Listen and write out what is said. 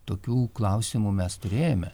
tokių klausimų mes turėjome